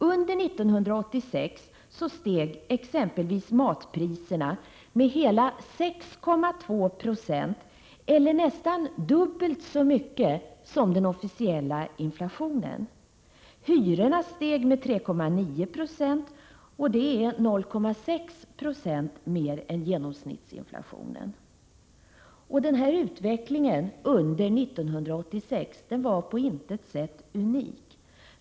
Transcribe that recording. Under 1986 steg exempelvis matpriserna med hela 6,2 20 eller nästan dubbelt så mycket som den officiella inflationen. Hyrorna steg med 3,9 I — och det är 0,6 96 mer än genomsnittsinflationen. Den här utvecklingen under 1986 var på intet sätt unik.